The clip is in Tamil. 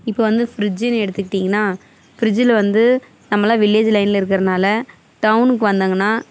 இப்போ வந்து ஃப்ரிட்ஜினு எடுத்துக்கிட்டிங்கனா ஃப்ரிட்ஜில் வந்து நம்மளாம் வில்லேஜி லைனில் இருக்கறதுனால டவுனுக்கு வந்தாங்கன்னா